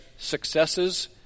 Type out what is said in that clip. successes